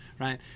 right